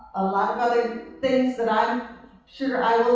a lot of other things that i'm sure i